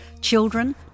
children